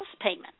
payment